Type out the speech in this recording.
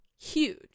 huge